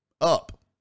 Up